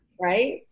right